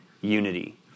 unity